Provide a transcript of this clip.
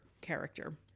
character